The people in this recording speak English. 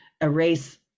erase